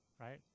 Right